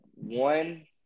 One